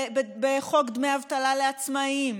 בחוק דמי אבטלה לעצמאים,